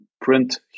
print